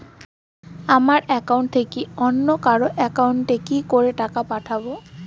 আমার একাউন্ট থেকে অন্য কারো একাউন্ট এ কি করে টাকা পাঠাবো?